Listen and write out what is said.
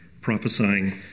prophesying